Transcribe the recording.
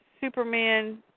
Superman